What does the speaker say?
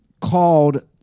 called